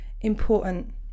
important